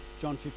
John